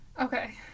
Okay